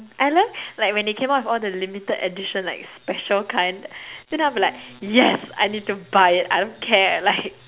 mm I love like when they came out with all the limited edition like special kind then I'll be like yes I need to buy it I don't care like